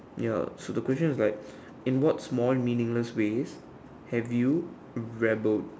ya so the question is like in what small meaningless ways have you rebelled